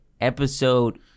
Episode